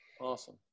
Awesome